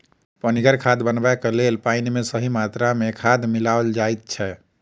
पनिगर खाद बनयबाक लेल पाइन मे सही मात्रा मे खाद मिलाओल जाइत छै